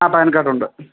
ആ പാന് കാര്ഡുണ്ട്